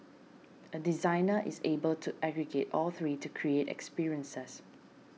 a designer is able to aggregate all three to create experiences